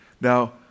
Now